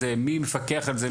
מי מפקח על זה?